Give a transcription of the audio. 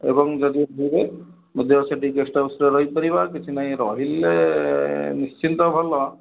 ଏବଂ ଯଦି ଯିବେ ମଧ୍ୟ ସେଠି ଗେଷ୍ଟ୍ ହାଉସ୍ରେ ରହିପାରିବା କିଛି ନାହିଁ ରହିଲେ ନିଶ୍ଚିନ୍ତ ଭଲ